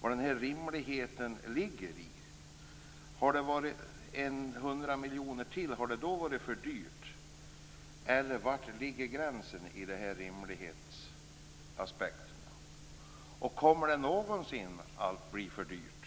vad "rimligheten" ligger i. Hade 100 miljoner till varit för dyrt? Var ligger gränsen i rimlighetsaspekten? Kommer det någonsin att bli för dyrt?